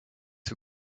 who